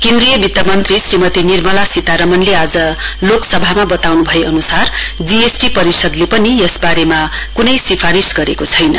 केन्द्रीय वित्त मन्त्री श्रीमती निर्मला सीतारामले आज लोकसभामा बताउनु भए अनुसार जीएसटी परिषदले पनि यसवारेमा कुनै सिफारिश गरेको छैन